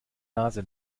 nase